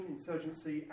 Insurgency